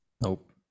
Nope